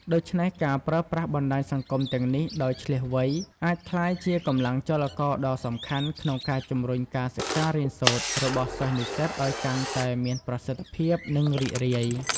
ដូច្នេះការប្រើប្រាស់បណ្តាញសង្គមទាំងនេះដោយឈ្លាសវៃ អាចក្លាយជាកម្លាំងចលករដ៏សំខាន់ក្នុងការជំរុញការសិក្សារៀនសូត្ររបស់សិស្សនិស្សិតឲ្យកាន់តែមានប្រសិទ្ធភាព និងរីករាយ។